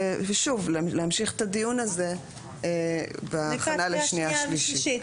ושוב, להמשיך את הדיון הזה בהכנה לשנייה ושלישית.